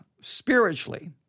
spiritually